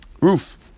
roof